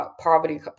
poverty